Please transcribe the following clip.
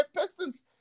Pistons